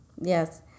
Yes